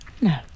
no